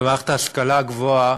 במערכת ההשכלה הגבוהה